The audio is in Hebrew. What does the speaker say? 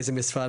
איזה משרד,